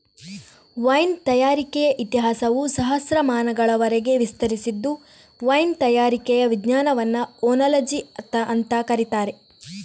wine ತಯಾರಿಕೆಯ ಇತಿಹಾಸವು ಸಹಸ್ರಮಾನಗಳವರೆಗೆ ವಿಸ್ತರಿಸಿದ್ದು ವೈನ್ ತಯಾರಿಕೆಯ ವಿಜ್ಞಾನವನ್ನ ಓನಾಲಜಿ ಅಂತ ಕರೀತಾರೆ